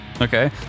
Okay